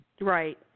Right